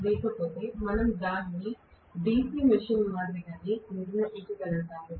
లేకపోతే మనం దానిని DC మెషీన్ మాదిరిగానే నిర్మించగలిగాము